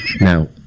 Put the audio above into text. Now